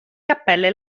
cappelle